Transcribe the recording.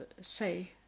say